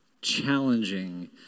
challenging